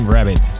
Rabbit